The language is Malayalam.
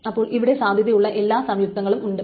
അപ്പോൾ ഇവിടെ സാധ്യതയുള്ള എല്ലാ സംയുക്തങ്ങളും ഉണ്ട്